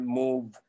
move